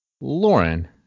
Lauren